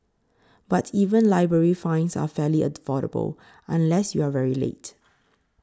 but even library fines are fairly affordable unless you are very late